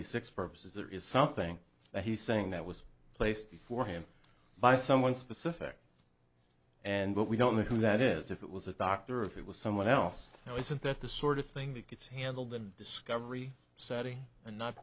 b six purposes there is something that he's saying that was placed before him by someone specific and but we don't know who that is if it was a doctor if it was someone else oh isn't that the sort of thing that gets handled the discovery setting and not